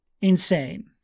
insane